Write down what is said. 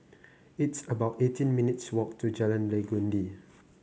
it's about eighteen minutes' walk to Jalan Legundi